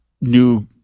new